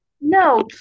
No